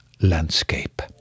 landscape